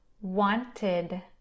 wanted